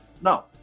No